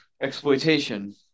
exploitation